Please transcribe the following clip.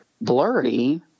blurry